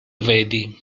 vedi